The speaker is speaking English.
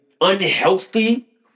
unhealthy